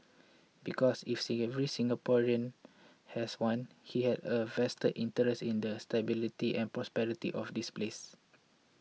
because if every Singaporean has one he has a vested interest in the stability and prosperity of this place